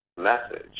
message